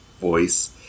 voice